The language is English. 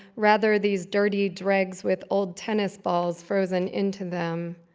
rather, these dirty dregs with old tennis balls frozen into them.